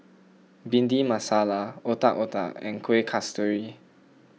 Bhindi Masala Otak Otak and Kueh Kasturi